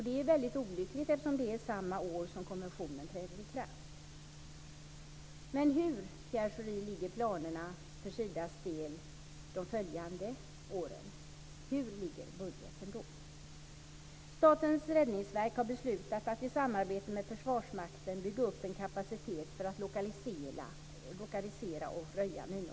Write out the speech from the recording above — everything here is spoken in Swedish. Det är väldigt olyckligt, eftersom det är samma år som konventionen träder i kraft. Hur är planerna för Sidas del de följande åren, Pierre Schori? Hur är budgeten då? Statens räddningsverk har beslutat att i samarbete med Försvarsmakten bygga upp en verksamhet för att lokalisera och röja minor.